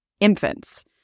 infants